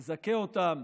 יזכה אותם